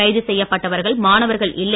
கைது செய்யப்பட்டவர்கள் மாணவர்கள் இல்லை